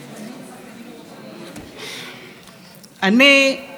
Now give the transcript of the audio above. אני חושדת באמת ובתמים,